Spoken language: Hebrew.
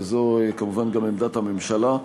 וזו כמובן גם עמדת הממשלה,